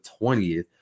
20th